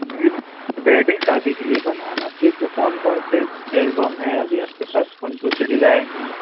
यह वैडिंग शादी के लिए बनवाना फिर तो कौन कौन से एलबम हैं अभी आपके पास कौन कौन सी डिज़ाइन हैं